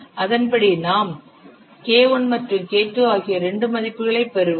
அதன்படி நாம் K1 மற்றும் K2 ஆகிய இரண்டு மதிப்புகளைப் பெறுவோம்